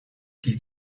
die